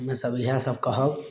हम्मे सब इएह सब कहब